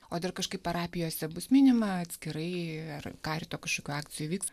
o dar kažkaip parapijose bus minima atskirai ar karito kažkokių akcijų vyks